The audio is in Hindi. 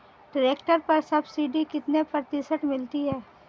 ट्रैक्टर पर सब्सिडी कितने प्रतिशत मिलती है?